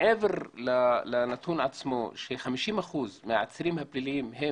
מעבר לנתון עצמו ש-50 אחוזים מהעצירים הפליליים הם